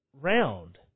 round